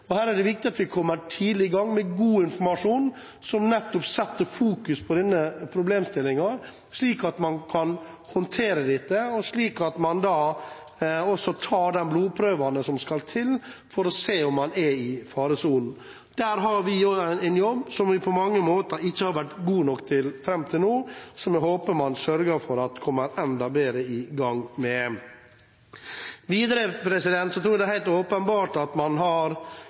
er viktig at vi kommer tidlig i gang med god informasjon om denne problemstillingen, slik at man kan håndtere dette, og slik at man kan ta de blodprøvene som skal til for å se om man er i faresonen. Der har vi en jobb å gjøre som vi på mange måter ikke har vært gode nok til fram til nå, så det håper jeg man sørger for at vi kommer enda bedre i gang med. Videre tror jeg det er helt åpenbart at man har